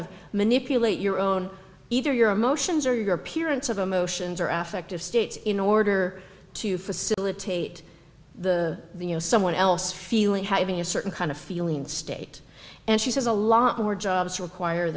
of manipulate your own either your emotions or your appearance of emotions are affected states in order to facilitate the you know someone else feeling having a certain kind of feeling state and she says a lot more jobs require